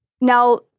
Now